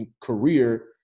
career